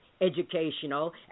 educational